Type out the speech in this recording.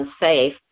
unsafe